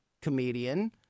comedian